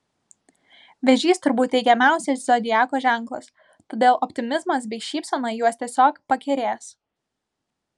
vėžys turbūt teigiamiausias zodiako ženklas todėl optimizmas bei šypsena juos tiesiog pakerės